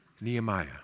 Nehemiah